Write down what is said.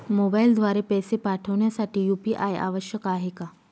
मोबाईलद्वारे पैसे पाठवण्यासाठी यू.पी.आय आवश्यक आहे का?